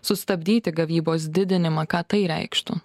sustabdyti gavybos didinimą ką tai reikštų